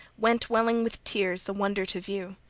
went, welling with tears, the wonder to view.